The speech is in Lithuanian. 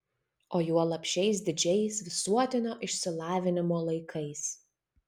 o juolab šiais didžiais visuotinio išsilavinimo laikais